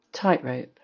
Tightrope